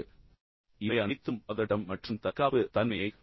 எனவே இவை அனைத்தும் பதட்டம் மற்றும் தற்காப்பு தன்மையைக்